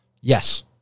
Yes